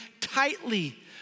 tightly